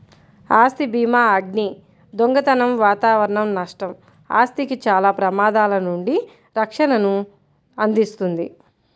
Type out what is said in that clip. ఆస్తి భీమాఅగ్ని, దొంగతనం వాతావరణ నష్టం, ఆస్తికి చాలా ప్రమాదాల నుండి రక్షణను అందిస్తుంది